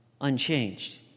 unchanged